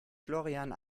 florian